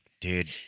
Dude